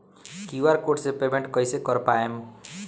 QR code से payment कईसे कर पाएम?